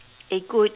a good